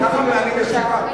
ככה מנהלים ישיבה?